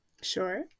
sure